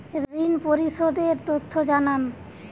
ঋন পরিশোধ এর তথ্য জানান